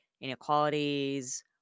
inequalities